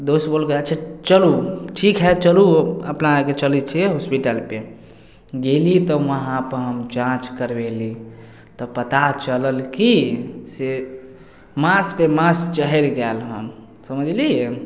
दोस्त बोललकै अच्छा चलू ठीक होयत चलू अपना आरके चलय छियै हॉस्पिटलपर गेली तऽ उहाँपर हम जाँच करबेली तब पता चलल कि से माँसपर माँस चढ़ि गेल हन समझलियै